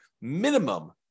minimum